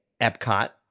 Epcot